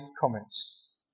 comments